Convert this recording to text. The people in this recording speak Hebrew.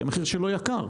כי המחיר שלו יקר,